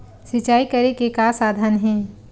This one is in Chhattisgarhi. सिंचाई करे के का साधन हे?